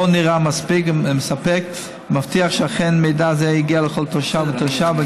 לא נראה מספק ומבטיח שאכן מידע זה יגיע לכל תושב ותושב.